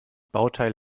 bauteil